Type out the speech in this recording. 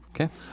Okay